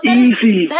easy